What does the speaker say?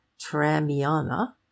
Tramiana